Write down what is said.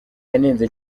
yanenze